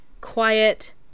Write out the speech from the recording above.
quiet